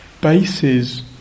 bases